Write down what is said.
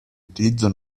utilizzo